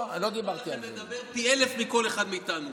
יש לכם יושב-ראש שנתן לכם לדבר פי אלף יותר מכל אחד מאיתנו,